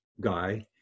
guy